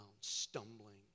stumbling